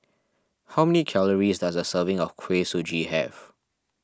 how many calories does a serving of Kuih Suji have